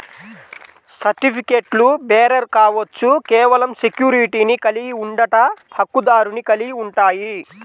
సర్టిఫికెట్లుబేరర్ కావచ్చు, కేవలం సెక్యూరిటీని కలిగి ఉండట, హక్కుదారుని కలిగి ఉంటాయి,